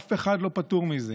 אף אחד לא פטור מזה.